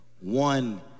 One